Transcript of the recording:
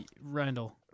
Randall